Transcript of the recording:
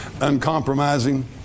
uncompromising